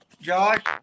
Josh